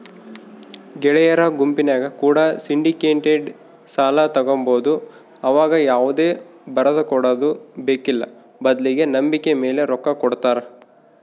ಗೆಳೆಯರ ಗುಂಪಿನ್ಯಾಗ ಕೂಡ ಸಿಂಡಿಕೇಟೆಡ್ ಸಾಲ ತಗಬೊದು ಆವಗ ಯಾವುದೇ ಬರದಕೊಡದು ಬೇಕ್ಕಿಲ್ಲ ಬದ್ಲಿಗೆ ನಂಬಿಕೆಮೇಲೆ ರೊಕ್ಕ ಕೊಡುತ್ತಾರ